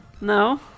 No